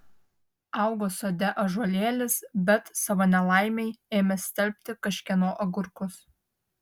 augo sode ąžuolėlis bet savo nelaimei ėmė stelbti kažkieno agurkus